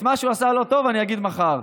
את מה שהוא עשה לא טוב אגיד מחר.